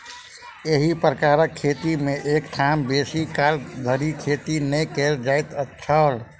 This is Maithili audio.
एही प्रकारक खेती मे एक ठाम बेसी काल धरि खेती नै कयल जाइत छल